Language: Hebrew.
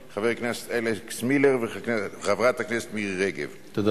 בשל הדחיפות בהארכת תוקף הוראת השעה פוצלו